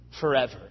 forever